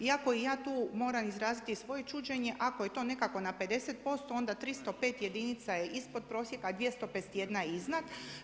Iako ja tu moram izraziti i svoje čuđenje, ako je to nekako na 50%, onda 305 jedinica je ispod prosjeka a 251 je iznad.